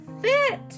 fit